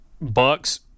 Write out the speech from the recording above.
bucks